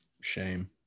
Shame